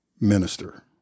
minister